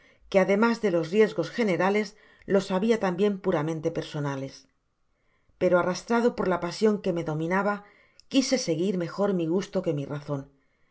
que ademas de los riesgos generales los habia tambien puramente personales content from google book search generated at pero arrastrado por la pasion que me dominaba quise seguir mejor mi gusto que mi razon